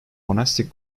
monastic